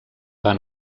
van